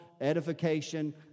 edification